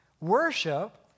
Worship